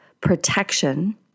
protection